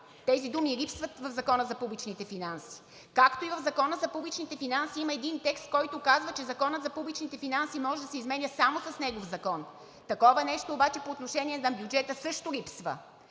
Тези думи липсват в Закона за публичните финанси. Както и в Закона за публичните финанси има един текст, който казва, че Законът за публичните финанси може да се изменя само с негов закон. Таково нещо обаче по отношение на бюджета също липсва.